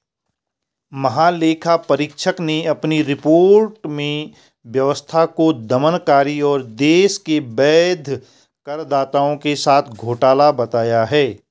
महालेखा परीक्षक ने अपनी रिपोर्ट में व्यवस्था को दमनकारी और देश के वैध करदाताओं के साथ घोटाला बताया है